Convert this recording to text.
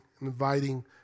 inviting